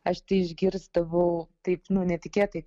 aš išgirsdavau taip netikėtai